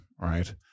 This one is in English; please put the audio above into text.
right